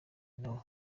nawe